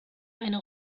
eine